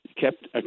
kept